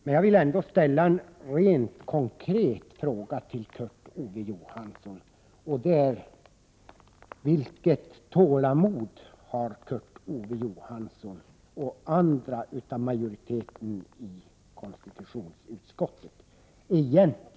Men jag vill ändå ställa en rent konkret fråga till Kurt Ove Johansson. Vilket tålamod har egentligen Kurt Ove Johansson och andra i majoriteten i konstitutionsutskottet?